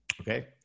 Okay